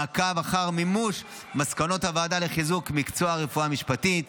מעקב אחר מימוש מסקנות הוועדה לחיזוק מקצוע הרפואה המשפטית,